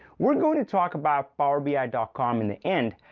we're going to talk about powerbi dot com in the end.